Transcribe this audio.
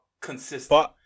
consistent